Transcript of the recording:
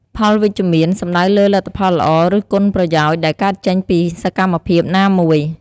ផលវិជ្ជមាន សំដៅលើលទ្ធផលល្អ ឬគុណប្រយោជន៍ដែលកើតចេញពីសកម្មភាពណាមួយ។